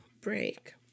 break